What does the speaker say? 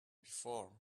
before